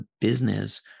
business